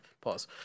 Pause